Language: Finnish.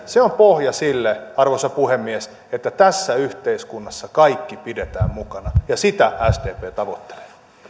pohja sille arvoisa puhemies että tässä yhteiskunnassa kaikki pidetään mukana ja sitä sdp tavoittelee